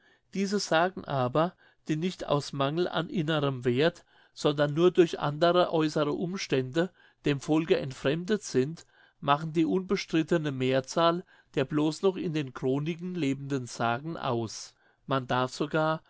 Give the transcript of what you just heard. diese sagen aber die nicht aus mangel an innerem werth sondern nur durch andere äußere umstände dem volke entfremdet sind machen die unbestrittene mehrzahl der blos noch in den chroniken lebenden sagen aus man darf sogar